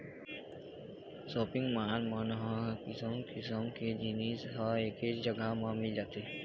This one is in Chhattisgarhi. सॉपिंग माल मन ह किसम किसम के जिनिस ह एके जघा म मिल जाथे